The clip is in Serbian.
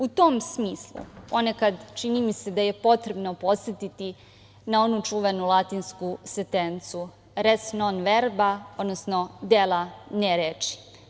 U tom smislu, ponekad čini mi se da je potrebno podsetiti na onu čuvenu latinsku sentencu –res non verba, odnosno dela, ne reči.